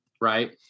right